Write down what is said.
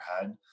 head